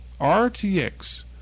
RTX